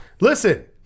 Listen